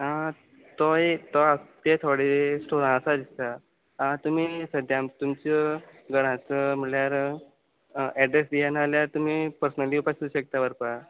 आं तो एक तो आसा ते थोडे स्टोरान आसा दिसता तुमी सद्द्यान तुमचो घराचो म्हणल्यार एड्रॅस दिया ना जाल्या तुमी पर्स्नली येवपा सु शकता व्हरपा